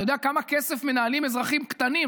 אתה יודע כמה כסף מנהלים אזרחים קטנים,